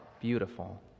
beautiful